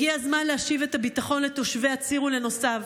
הגיע הזמן להשיב את הביטחון לתושבי הציר ולנוסעיו.